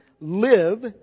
live